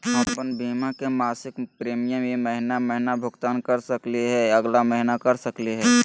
हम अप्पन बीमा के मासिक प्रीमियम ई महीना महिना भुगतान कर सकली हे, अगला महीना कर सकली हई?